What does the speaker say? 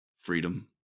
freedom